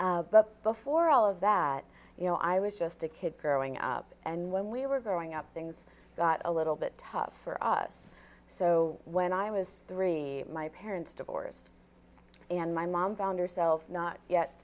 but before all of that you know i was just a kid growing up and when we were growing up things got a little bit tough for us so when i was three my parents divorced and my mom found herself not yet